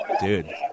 Dude